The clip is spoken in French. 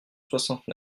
soixante